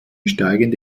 steigende